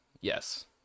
yes